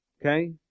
Okay